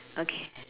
okay